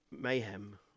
Mayhem